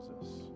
Jesus